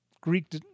Greek